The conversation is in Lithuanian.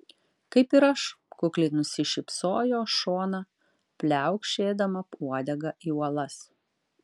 kaip ir aš kukliai nusišypsojo šona pliaukšėdama uodega į uolas